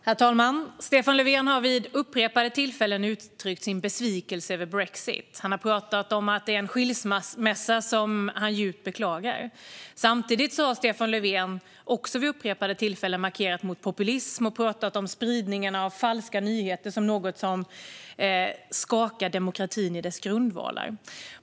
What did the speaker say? Herr talman! Stefan Löfven har vid upprepade tillfällen uttryckt sin besvikelse över brexit. Han har talat om att det är en skilsmässa som han djupt beklagar. Samtidigt har Stefan Löfven, också vid upprepade tillfällen, markerat mot populism och talat om spridningen av falska nyheter som något som skakar demokratin i dess grundvalar.